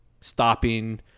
stopping